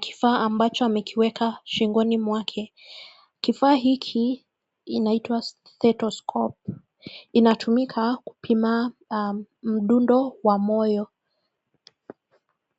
kifaa amacho amekiweka shingoni mwake. Kifaa hiki inaitwa stretoscope inatumika kupima mdundo wa moyo.